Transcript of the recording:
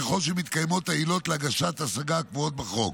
ככל שמתקיימות העילות להגשת השגה הקבועות בחוק.